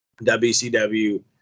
WCW